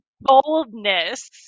boldness